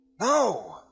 No